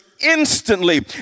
instantly